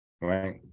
right